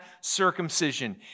circumcision